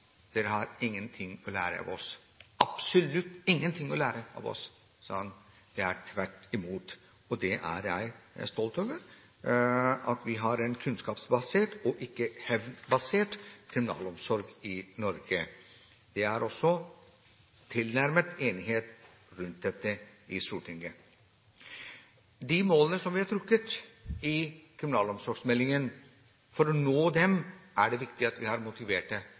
absolutt ingen ting å lære av oss – tvert imot. Jeg er stolt over at vi har en kunnskapsbasert og ikke en hevnbasert kriminalomsorg i Norge. Det er også tilnærmet enighet rundt dette i Stortinget. For å nå de målene som vi har trukket i kriminalomsorgsmeldingen, er det viktig at vi har